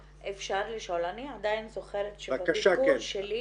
אני עדיין זוכרת שבביקור שלי